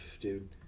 dude